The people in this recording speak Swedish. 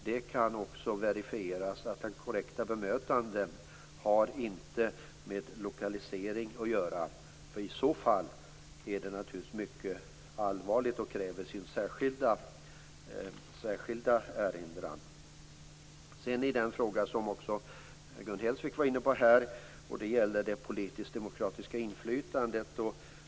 Det kan också verifieras att korrekta bemötanden inte har att göra med lokalisering. Om så vore fallet är det naturligtvis mycket allvarligt och kräver sin särskilda erinran. Gun Hellsvik var inne på frågan om det politiskdemokratiska inflytandet.